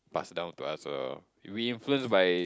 pass down to us or we influence by